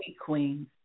Queen